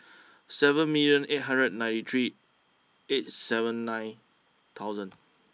seven million eight hundred and ninety three eight seven nine thousand